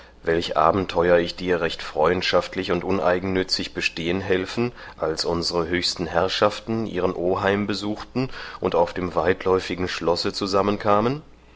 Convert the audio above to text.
welch abenteuer ich dir recht freundschaftlich und uneigennützig bestehen helfen als unsre höchsten herrschaften ihren oheim besuchten und auf dem weitläufigen schlosse